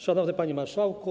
Szanowny Panie Marszałku!